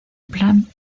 plan